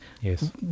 Yes